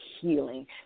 healing